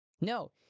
No